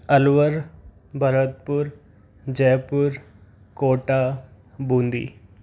Alwar Bharatpur Jaipur Kota Bundi